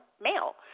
male